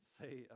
say